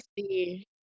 see